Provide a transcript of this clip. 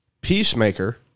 Peacemaker